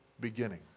beginning